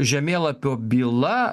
žemėlapio byla